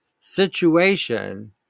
situation